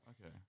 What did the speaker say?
Okay